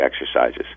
exercises